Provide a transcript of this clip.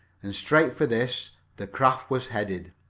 and straight for this the craft was headed.